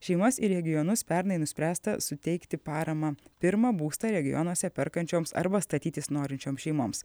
šeimas į regionus pernai nuspręsta suteikti paramą pirmą būstą regionuose perkančioms arba statytis norinčioms šeimoms